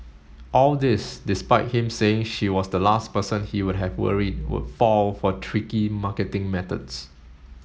all this despite him saying she was the last person he would have worried would fall for tricky marketing methods